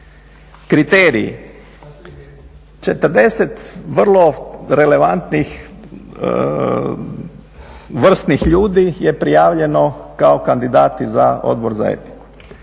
Kriteriji, 40 vrlo relevantnih vrsnih ljudi je prijavljeno kao kandidati za Odbor za etiku.